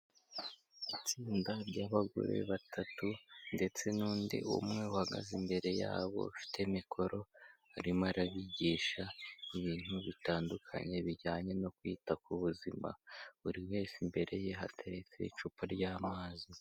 Itsinda ry'abagore batatu ndetse n'undi umwe uhagaze imbere yabo ufite mikoro arimo arabigisha ibintu bitandukanye bijyanye no kwita ku buzima, buri wese imbere ye hateretse icupa ry'amazi.